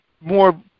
more